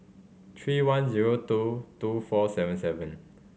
three one zero two two four seven seven